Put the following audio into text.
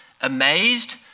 amazed